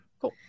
Cool